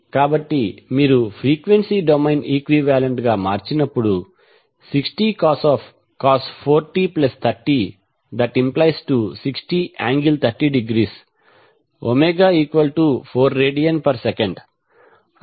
కాబట్టి మీరు frequency domain equivalent గా మార్చినప్పుడు 60cos 4t30 ⇒60∠30°ω4rads 5HjωL1j20 2